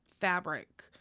fabric